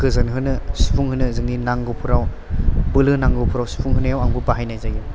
गोजोनहोनो सुफुंहोनो जोंनि नांगौफोराव बोलो नांगौफोराव सुफुं होनायाव आंबो बाहायनाय जायो